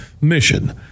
mission